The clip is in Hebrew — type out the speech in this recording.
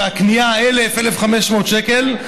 והקנייה 1,000,1,500 שקל,